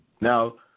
Now